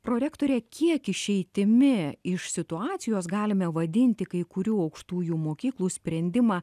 prorektore kiek išeitimi iš situacijos galime vadinti kai kurių aukštųjų mokyklų sprendimą